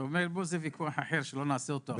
אתה אומר, פה זה ויכוח אחר שלא נעשה אותו עכשיו.